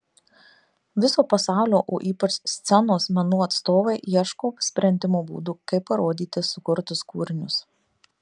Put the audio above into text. viso pasaulio o ypač scenos menų atstovai ieško sprendimo būdų kaip parodyti sukurtus kūrinius